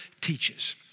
teaches